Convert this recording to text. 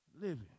living